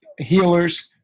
healers